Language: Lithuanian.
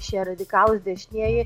šie radikalūs dešinieji